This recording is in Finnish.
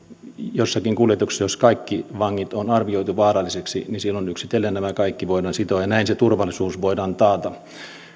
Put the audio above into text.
jossakin kuljetuksessa jossa kaikki vangit on arvioitu vaarallisiksi niin silloin yksitellen nämä kaikki voidaan sitoa ja näin se turvallisuus voidaan taata